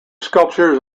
sculptures